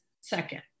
second